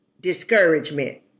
discouragement